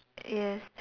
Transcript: yes